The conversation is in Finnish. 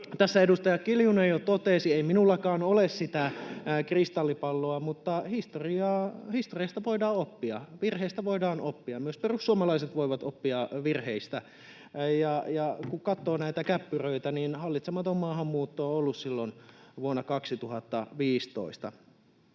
tässä edustaja Kiljunen jo totesi, ei minullakaan ole sitä kristallipalloa, mutta historiasta voidaan oppia, virheistä voidaan oppia. Myös perussuomalaiset voivat oppia virheistä. Ja kun katsoo näitä käppyröitä, niin hallitsematon maahanmuutto on ollut silloin vuonna 2015.